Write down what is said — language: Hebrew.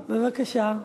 בה היא ועדת הכספים.